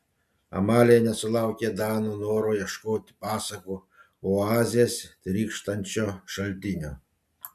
amalija nesulaukė dano noro ieškoti pasakų oazės trykštančio šaltinio